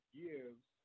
gives